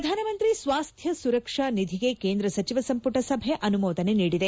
ಪ್ರಧಾನಮಂತ್ರಿ ಸ್ವಾಸ್ತ್ಯ ಸುರಕ್ಷ ನಿಧಿಗೆ ಕೇಂದ್ರ ಸಚಿವ ಸಂಪುಟ ಸಭೆ ಅನುಮೋದನೆ ನೀಡಿದೆ